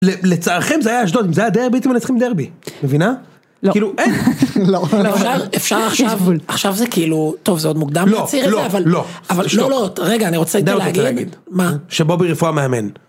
לצערכם זה היה אשדוד, אם זה היה דרבי אתם מנצחים דרבי, מבינה? לא, אפשר עכשיו, עכשיו זה כאילו, טוב זה עוד מוקדם קציר, אבל לא, רגע אני רוצה להגיד, שבובי רפואה מאמן.